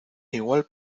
igual